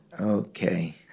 Okay